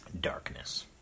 darkness